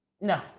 No